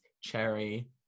Cherry